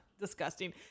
Disgusting